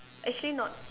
actually not